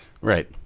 Right